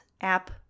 app